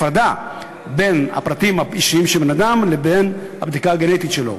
הפרדה בין הפרטים האישיים של בן-אדם לבין הבדיקה הגנטית שלו.